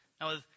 Now